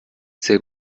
sehr